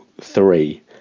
three